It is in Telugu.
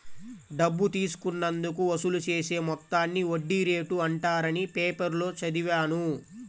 డబ్బు తీసుకున్నందుకు వసూలు చేసే మొత్తాన్ని వడ్డీ రేటు అంటారని పేపర్లో చదివాను